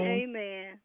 amen